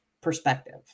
perspective